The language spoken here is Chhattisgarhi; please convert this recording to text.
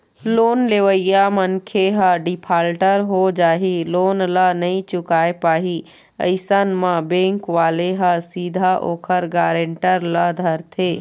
लोन लेवइया मनखे ह डिफाल्टर हो जाही लोन ल नइ चुकाय पाही अइसन म बेंक वाले ह सीधा ओखर गारेंटर ल धरथे